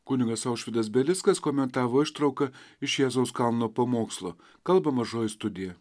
kunigas aušvydas belickas komentavo ištrauką iš jėzaus kalno pamokslo kalba mažoji studija